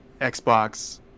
Xbox